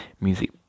music